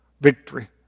victory